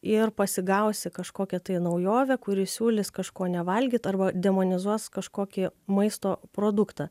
ir pasigausi kažkokią tai naujovę kuri siūlys kažko nevalgyt arba demonizuos kažkokį maisto produktą